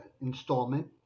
installment